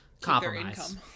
compromise